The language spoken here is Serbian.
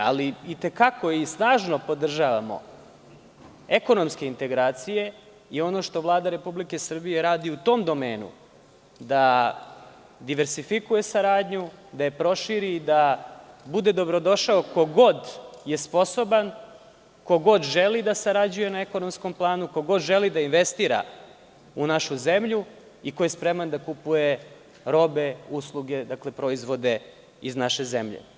Ali, i te kako i snažno podržavamo ekonomske integracije i ono što Vlada Republike Srbije radi u tom domenu da diversifikuje saradnju, da je proširi i da bude dobrodošao ko god je sposoban, ko god želi da sarađuje na ekonomskom planu, ko god želi da investira u našuzemlju i ko je spreman da kupuje robe, usluge, proizvode iz naše zemlje.